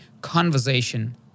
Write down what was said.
conversation